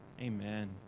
Amen